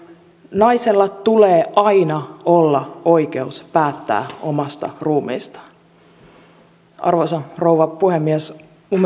naisella tulee aina olla oikeus päättää omasta ruumiistaan arvoisa rouva puhemies minun